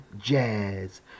Jazz